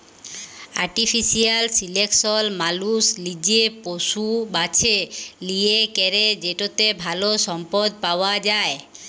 artificial selection মালুস লিজে পশু বাছে লিয়ে ক্যরে যেটতে ভাল সম্পদ পাউয়া যায়